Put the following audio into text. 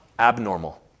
Abnormal